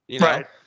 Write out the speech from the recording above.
Right